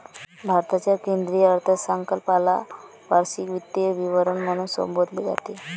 भारताच्या केंद्रीय अर्थसंकल्पाला वार्षिक वित्तीय विवरण म्हणून संबोधले जाते